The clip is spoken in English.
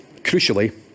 crucially